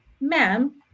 ma'am